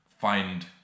find